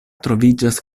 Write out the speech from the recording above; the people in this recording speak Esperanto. troviĝas